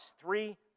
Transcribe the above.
Three